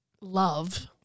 love